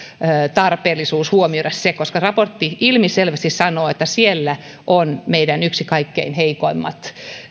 tarpeellisuus huomioidaan koska raportti ilmiselvästi sanoo että siellä on yksi kaikkein heikoimmista